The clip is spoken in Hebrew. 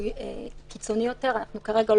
אנחנו עובדים קשה כל יום,